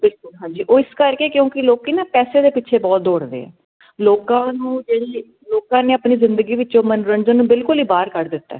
ਹਾਂਜੀ ਉਹ ਇਸ ਕਰਕੇ ਕਿਉਂਕਿ ਲੋਕੀ ਨਾ ਪੈਸੇ ਦੇ ਪਿੱਛੇ ਬਹੁਤ ਦੌੜਦੇ ਆ ਲੋਕਾਂ ਨੂੰ ਜਿਹੜੀ ਲੋਕਾਂ ਨੇ ਆਪਣੀ ਜ਼ਿੰਦਗੀ ਵਿੱਚੋਂ ਮਨੋਰੰਜਨ ਨੂੰ ਬਿਲਕੁਲ ਹੀ ਬਾਹਰ ਕੱਢ ਦਿੱਤਾ